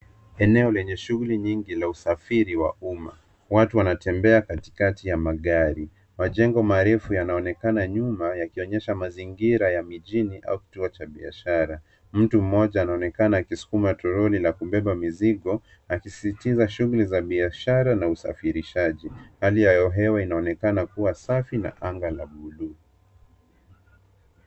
Eneo lenye shughuli nyingi ya usafiri wa umma. Watu wanatembea katikati ya magari , majengo marefu yanaonekana nyuma yakionyesha mazingira ya mijini au kituo cha biashara . Mtu mmoja anaonekana akisukuma troli la kubeba mizigo akisisitiza shughuli za kibiashara na usafirishaji. Hali ya hewa inaonekana kuwa safi na anga la bluu.